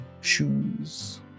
Shoes